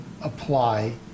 apply